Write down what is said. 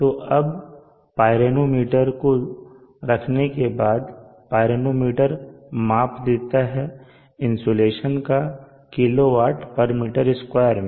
तो अबपाइरोमीटर को रखने के बाद पाइरोमीटर माप देता है इंसुलेशन का kWm2 में